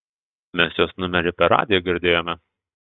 mes jos numerį per radiją girdėjome